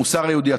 המוסר היהודי,